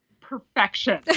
Perfection